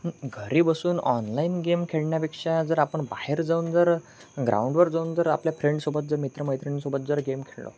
घरी बसून online game खेळण्यापेक्षा जर आपण बाहेर जाऊन जर ग्राउंडवर जाऊन जर आपल्या फ्रेंडसोबत जर मित्र मैत्रिणींसोबत जर गेम खेळलो